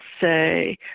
say